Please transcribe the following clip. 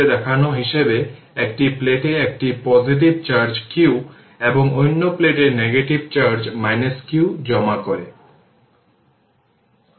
এখন প্রাথমিকভাবে দেওয়া হয়েছে যে I0 1 অ্যাম্পিয়ার তাই এটি e এর পাওয়ার 2 t3 কারণ I0 ইনিশিয়াল ভ্যালু 1 অ্যাম্পিয়ার দেওয়া হয়েছে তাই এখানে I0 1 রাখুন